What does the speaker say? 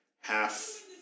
half